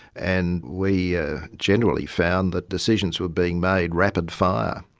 and we ah generally found that decisions were being made rapid-fire.